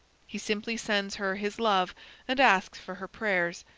he simply sends her his love and asks for her prayers,